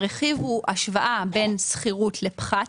הרכיב הוא השוואה בין שכירות לפחת.